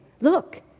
look